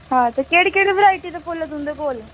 हां ते केह्ड़ी केह्ड़ी ब्राईटी दे फुल्ल तुंदे कोल